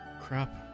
Crap